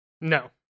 No